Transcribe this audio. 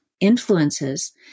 influences